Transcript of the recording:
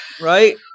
right